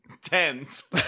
tens